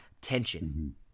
tension